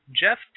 Jeff